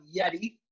Yeti